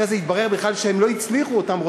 אחרי זה התברר בכלל שהם לא הצליחו, אותם רוצחים.